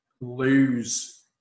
lose